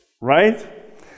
right